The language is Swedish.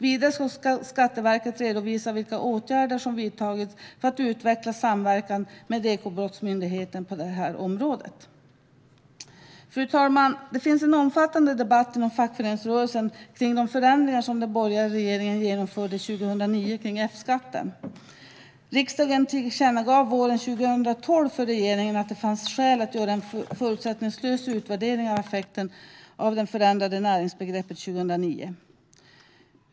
Vidare ska Skatteverket redovisa vilka åtgärder som har vidtagits för att utveckla samverkan med Ekobrottsmyndigheten på detta område. Fru talman! Det förs en omfattande debatt inom fackföreningsrörelsen om de förändringar som den borgerliga regeringen genomförde 2009 gällande F-skatten. Riksdagen tillkännagav våren 2012 för regeringen att det fanns skäl att göra en förutsättningslös utvärdering av effekten av att näringsbegreppet förändrades 2009.